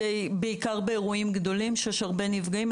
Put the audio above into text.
בעיקר באירועים גדולים שיש הרבה נפגעים,